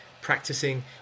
practicing